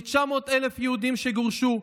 כ-900,000 יהודים גורשו,